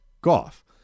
Goff